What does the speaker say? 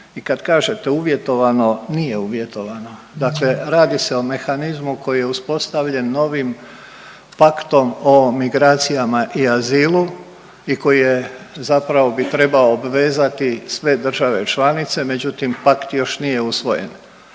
i kad kažete uvjetovano, nije uvjetovano. Dakle radi se o mehanizmu koji je uspostavljen novim paktom o migracijama i azilu i koji je zapravo bi trebao obvezati sve države članice, međutim, pakt još nije usvojen.